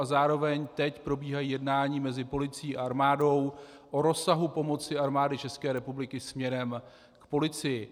Zároveň teď probíhají jednání mezi policií a armádou o rozsahu pomoci Armády České republiky směrem k policii.